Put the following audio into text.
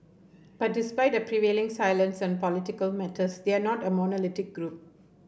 but despite a prevailing silence on political matters they are not a monolithic group